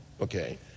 Okay